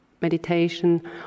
meditation